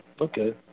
Okay